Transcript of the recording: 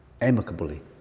amicably